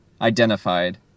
identified